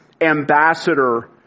ambassador